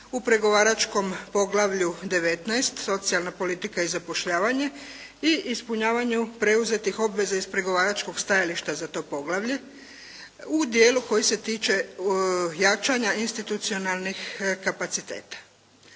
u pregovaračkom poglavlju 19 socijalna politika i zapošljavanje i ispunjavanju preuzetih obveza iz pregovaračkog stajališta za to poglavlje u dijelu koji se tiče jačanja institucionalnih kapaciteta.